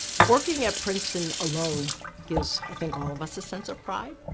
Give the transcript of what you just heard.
working at princeton alone gives i think all of us a sense of pride.